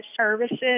Services